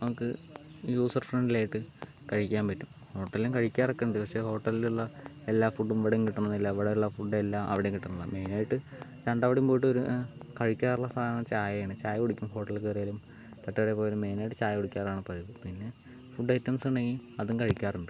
നമുക്ക് user friendly ആയിട്ട് കഴിക്കാൻ പറ്റും ഹോട്ടലിലും കഴിക്കാറക്കേണ്ട് പക്ഷെ ഹോട്ടലിലുള്ള എല്ലാ ഫുഡും ഇവിടേം കിട്ടണംന്നില്ല ഇവിടേള്ള ഫുഡ് എല്ലാം അവിടേം കിട്ടണന്നില്ല മെയ്നായിട്ട് രണ്ടവിടേം പോയിട്ട് കഴിക്കാറുള്ള സാധനം ചായയാണ് ചായകുടിക്കും ഹോട്ടലിൽ കേറിയലും തട്ട്കടേ പോയാലും മെയ്നായിട്ട് ചായകുടിക്കാറാണ് പതിവ് പിന്നെ ഫുഡ് ഐറ്റംസുണ്ടെങ്കി അതും കഴിക്കാറുണ്ട്